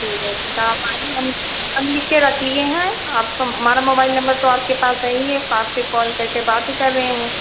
ठीक है ठीक है आप आईए हम हम लिख कर रख लिए हैं आपका हमारा मोबाइल नंबर तो आपके पास है ही है आपके काल करके बात ही कर रहे हैं